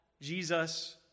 Jesus